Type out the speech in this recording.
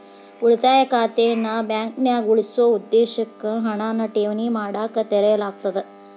ಉಳಿತಾಯ ಖಾತೆನ ಬಾಂಕ್ನ್ಯಾಗ ಉಳಿಸೊ ಉದ್ದೇಶಕ್ಕ ಹಣನ ಠೇವಣಿ ಮಾಡಕ ತೆರೆಯಲಾಗ್ತದ